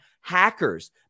hackers